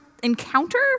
Encounter